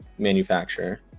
manufacturer